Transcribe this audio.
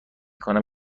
کنم